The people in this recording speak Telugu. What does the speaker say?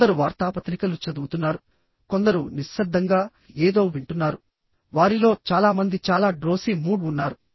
కొందరు వార్తాపత్రికలు చదువుతున్నారు కొందరు నిశ్శబ్దంగా ఏదో వింటున్నారు వారిలో చాలా మంది చాలా డ్రోసీ మూడ్ ఉన్నారు